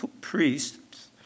priests